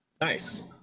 Nice